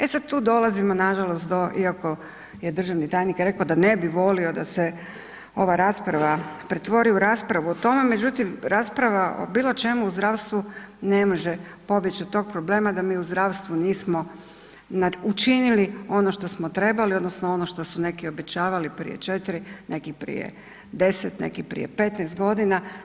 E sada tu dolazimo na žalost do iako je državni tajnik rekao da ne bi volio da se ova rasprava pretvori u raspravu o tome, međutim rasprava o bilo čemu u zdravstvu ne može pobjeći od toga problema da mi u zdravstvu nismo učinili ono što smo trebali odnosno što su neki obećavali prije četiri, neki prije 10, neki prije 15 godina.